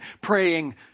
praying